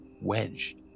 wedged